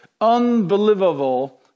unbelievable